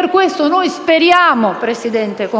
Per questo noi speriamo, signor Presidente,